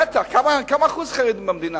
מה אחוז החרדים במדינה?